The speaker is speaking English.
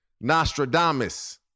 Nostradamus